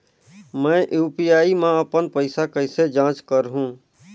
मैं यू.पी.आई मा अपन पइसा कइसे जांच करहु?